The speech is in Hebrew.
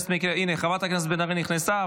הינה, חברת הכנסת בן ארי נכנסה.